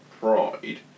Pride